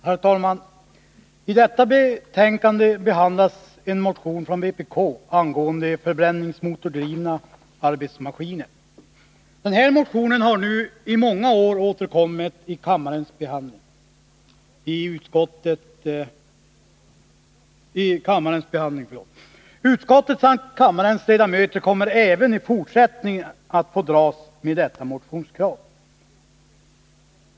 Herr talman! I detta betänkande behandlas en motion från vänsterpartiet kommunisterna angående förbränningsmotordrivna arbetsmaskiner. Den motionen har i många år återkommit till kammaren, och utskottet samt kammarens ledamöter kommer även i fortsättningen att få dras med detta motionskrav.